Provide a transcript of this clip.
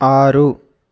ఆరు